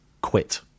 Quit